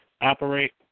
operate